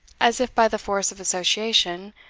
as if by the force of association,